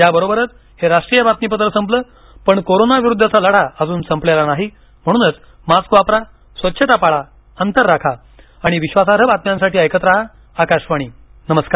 याबरोबरच हे राष्ट्रीय बातमीपत्र संपल पण कोरोनाविरुद्धचा लढा अजून संपलेला नाही म्हणूनच मास्क वापरा स्वच्छता पाळा अंतर राखा आणि विश्वासार्ह बातम्यांसाठी ऐकत रहा आकाशवाणी नमस्कार